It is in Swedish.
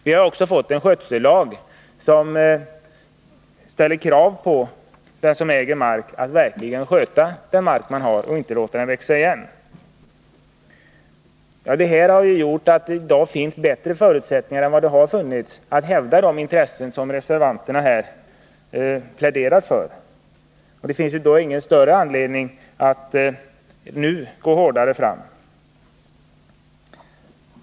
Vi har också fått en skötsellag genom vilken krav ställs på att den som äger mark verkligen skall sköta den marken och inte låta den växa igen. Allt detta har gjort att vi i dag har bättre förutsättningar än tidigare att hävda de intressen som reservanterna pläderar för. Det finns då ingen större anledning att nu gå hårdare fram.